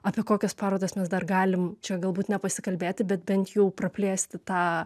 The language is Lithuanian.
apie kokias parodas mes dar galim čia galbūt ne pasikalbėti bet bent jau praplėsti tą